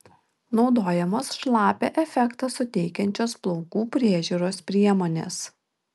naudojamos šlapią efektą suteikiančios plaukų priežiūros priemonės